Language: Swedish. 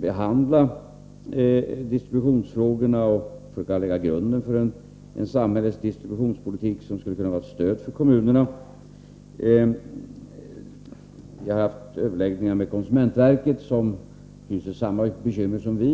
behandla distributionsfrågorna och hur vi kan lägga grunden till en samhällets distributionspolitik som skulle kunna vara ett stöd för kommunerna. Vi har haft överläggningar med konsumentverket som har samma bekymmer som vi.